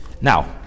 now